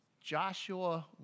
Joshua